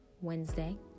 Wednesday